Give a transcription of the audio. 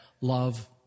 love